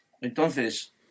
Entonces